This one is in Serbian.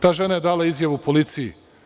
Ta žena je dala izjavu policiji.